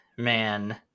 man